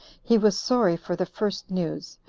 he was sorry for the first news,